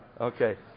Okay